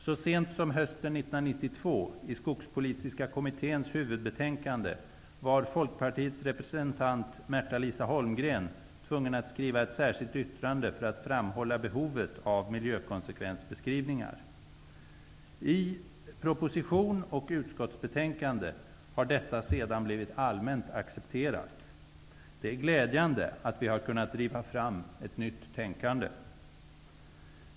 Så sent som hösten 1992, i Skogspolitiska kommitténs huvudbetänkande, var folkpartiets representant Märtalisa Holmgren tvungen att skriva ett särskilt yttrande för att framhålla behovet av miljökonsekvensbeskrivningar. I proposition och utskottsbetänkande har detta sedan blivit allmänt accepterat. Det är glädjande att vi har kunnat driva fram ett nytt tänkande.